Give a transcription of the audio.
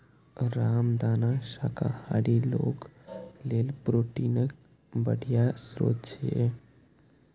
रामदाना शाकाहारी लोक लेल प्रोटीनक बढ़िया स्रोत छियै